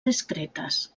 discretes